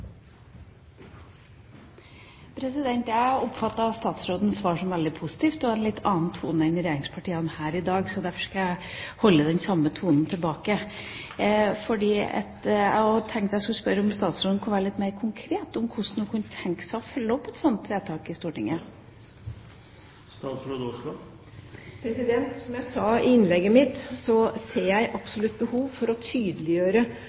Jeg oppfattet statsrådens svar som veldig positivt og i en litt annen tone enn regjeringspartiene her i dag, så derfor skal jeg holde den samme tonen tilbake. Jeg tenkte jeg skulle spørre om statsråden kunne være litt mer konkret om hvordan hun kan tenke seg å følge opp et slikt vedtak i Stortinget. Som jeg sa i innlegget mitt, ser jeg absolutt behov for å tydeliggjøre